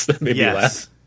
Yes